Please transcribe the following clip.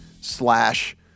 slash